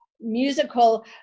musical